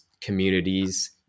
communities